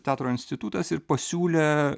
teatro institutas ir pasiūlė